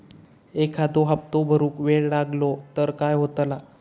एखादो हप्तो भरुक वेळ लागलो तर काय होतला?